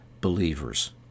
believers